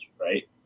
right